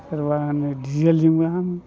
सोरबा होनो डिजेलजोंबो हामो